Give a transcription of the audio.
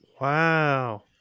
Wow